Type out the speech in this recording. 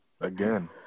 again